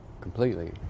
completely